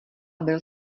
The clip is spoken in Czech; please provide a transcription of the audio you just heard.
byl